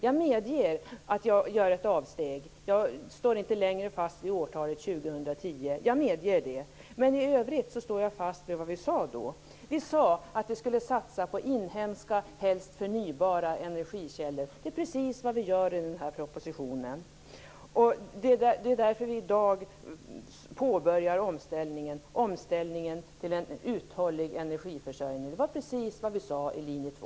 Jag medger att jag gör ett avsteg och inte längre står fast vid årtalet 2010, men i övrigt står jag fast vid vad vi sade då. Vi sade att vi skulle satsa på inhemska, helst förnybara energikällor. Det är precis vad vi gör i den här propositionen. Det är därför vi i dag påbörjar omställningen till en uthållig energiförsörjning. Det var precis vad vi sade i linje 2.